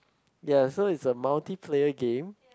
ya so is a multiplayer game